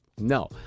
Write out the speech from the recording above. no